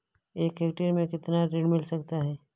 एक हेक्टेयर में कितना ऋण मिल सकता है?